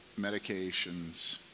medications